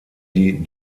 die